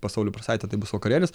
pas saulių prūsaitį tai bus vakarėlis